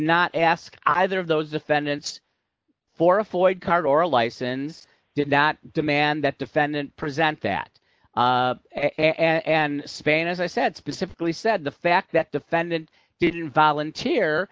not ask either of those defendants for a foid card or a license did not demand that defendant present that and spain as i said specifically said the fact that defendant didn't volunteer